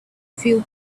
feel